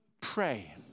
pray